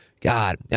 God